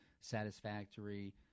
satisfactory